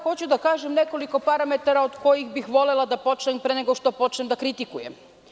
Hoću da kažem nekoliko parametara od kojih bi volela da počnem, pre nego što počnem da kritikujem.